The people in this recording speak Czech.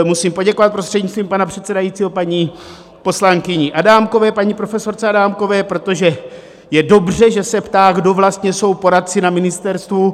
Musím poděkovat, prostřednictvím pana předsedajícího, paní poslankyni profesorce Adámkové, protože je dobře, že se ptá, kdo vlastně jsou poradci na ministerstvu.